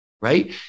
right